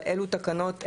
אבל אלו תקנות,